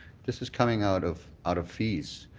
this is coming out of out of fees.